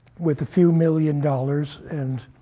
with a few million dollars and